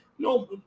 No